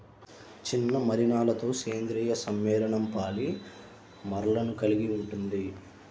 చిన్న మలినాలతోసేంద్రీయ సమ్మేళనంపాలిమర్లను కలిగి ఉంటుంది